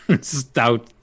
stout